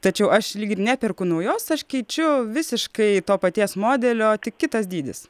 tačiau aš lyg ir neperku naujos aš keičiu visiškai to paties modelio tik kitas dydis